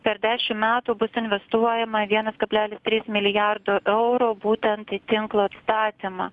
per dešim metų bus investuojama vienas kablelis trys milijardo eurų būtent į tinklo atstatymą